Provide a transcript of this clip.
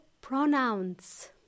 pronouns